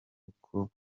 koko